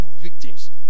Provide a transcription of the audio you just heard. victims